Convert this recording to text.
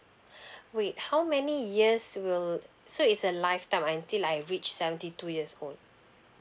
wait how many years will so it's a lifetime until I reach seventy two years old